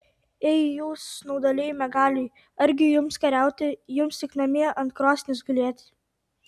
ei jūs snaudaliai miegaliai argi jums kariauti jums tik namie ant krosnies gulėti